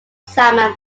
simon